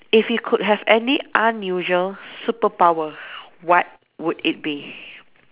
if you could have any unusual superpower what would it be